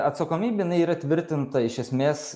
atsakomybė jinai yra tvirtinta iš esmės